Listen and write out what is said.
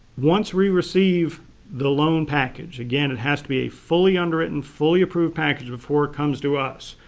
once we received the loan package, again it has to be a fully underwritten fully approved. package before it comes to us.